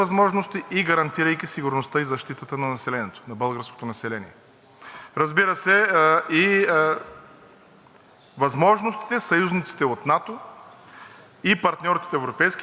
възможностите съюзниците от НАТО и партньорите от Европейския съюз да предоставят заменящи способности в Българската армия.